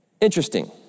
Interesting